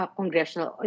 congressional